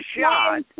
shot